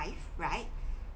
right